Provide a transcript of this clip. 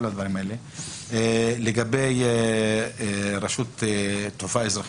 לגבי רשות התעופה האזרחית,